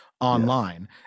online